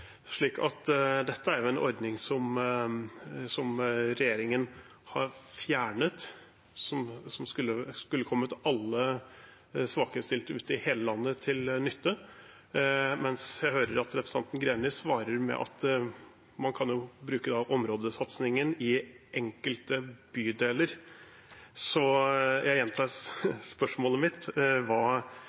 som regjeringen har fjernet, skulle kommet alle svakerestilte ute i hele landet til nytte, men jeg hører at representanten Greni svarer med at man kan bruke områdesatsingen i enkelte bydeler. Så jeg gjentar spørsmålet mitt: